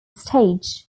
stage